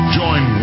join